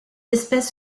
espèce